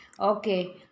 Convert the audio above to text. Okay